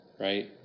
right